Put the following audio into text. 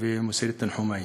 ומוסר את תנחומי.